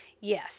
Yes